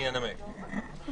אני אנמק.